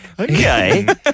Okay